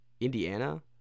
Indiana